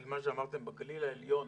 מה שאמרתם בגליל העליון,